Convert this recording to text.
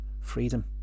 freedom